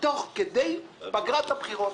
תוך כדי פגרת הבחירות.